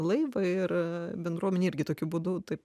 laivą ir bendruomenė irgi tokiu būdu taip